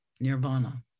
nirvana